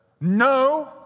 No